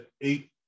eight